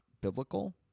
biblical